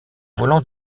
volant